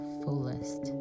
fullest